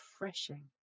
refreshing